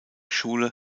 schule